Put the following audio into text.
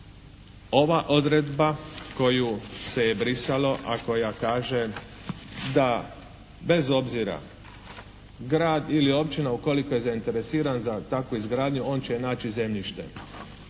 Ova odredba koju se je brisalo, a koja kaže da bez obzira grad ili općina ukoliko je zainteresiran za takvu izgradnju on će joj naći zemljište,